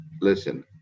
listen